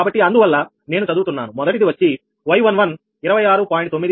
కాబట్టి అందువల్ల నేను చదువుతున్నాను మొదటిది వచ్చి Y11 26